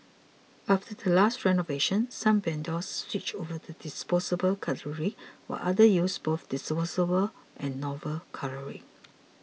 after the last renovation some vendors switched over to disposable cutlery while others use both disposable and normal cutlery